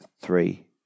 three